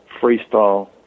freestyle